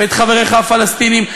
ואת חבריך הפלסטינים,